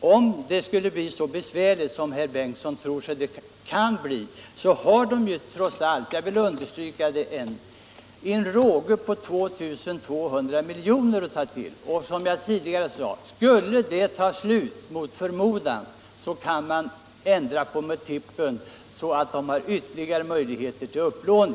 om det skulle bli så besvärligt som herr Bengtsson tror att det kan bli, så har den ju trots allt — jag vill understryka det ännu en gång — en råge på 2 200 miljoner att ta till. Skulle detta, som jag tidigare sade, mot förmodan ta slut, kan man ändra på multipeln så att man får ytterligare möjligheter till upplåning.